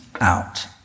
out